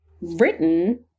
written